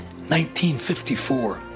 1954